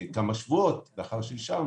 מזה כמה שבועות לאחר שאישרנו,